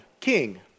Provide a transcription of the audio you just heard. king